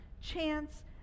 chance